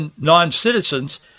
non-citizens